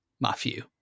Matthew